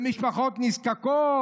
במשפחות נזקקות,